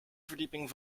verdieping